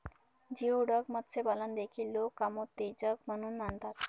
geoduck मत्स्यपालन देखील लोक कामोत्तेजक म्हणून मानतात